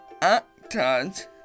actors